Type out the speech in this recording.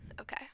Okay